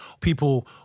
people